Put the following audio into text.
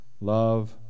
Love